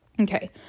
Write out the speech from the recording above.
Okay